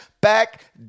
back